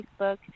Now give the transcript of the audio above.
Facebook